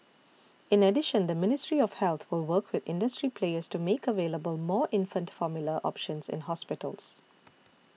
in addition the Ministry of Health will work with industry players to make available more infant formula options in hospitals